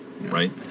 Right